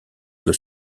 que